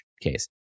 case